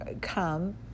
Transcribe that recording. come